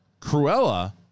Cruella